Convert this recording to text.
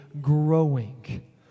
growing